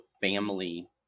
family